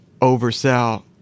oversell